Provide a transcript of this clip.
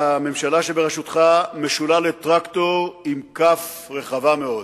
הממשלה שבראשותך משולה לטרקטור עם כף רחבה מאוד,